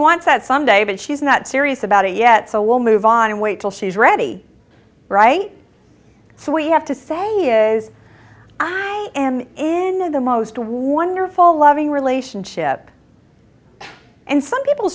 wants that some day but she's not serious about it yet so we'll move on and wait till she's ready right so we have to say is i am in the most wonderful loving relationship and some people